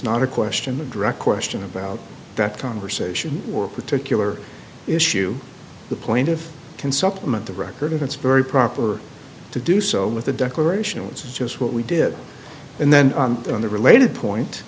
not a question a direct question about that conversation or particular issue the plaintiff can supplement the record and it's very proper to do so with a declaration it's just what we did and then on the related point